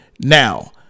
Now